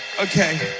okay